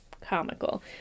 comical